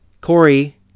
Corey